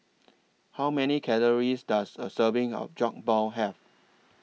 How Many Calories Does A Serving of Jokbal Have